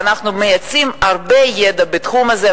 ואנחנו מייצאים הרבה ידע בתחום הזה,